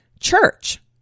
church